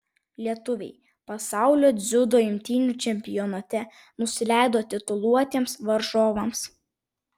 lietuviai pasaulio dziudo imtynių čempionate nusileido tituluotiems varžovams